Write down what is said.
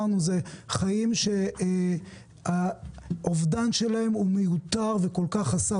חיים שהאובדן שלהם הוא מיותר וכל כך חסר